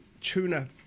tuna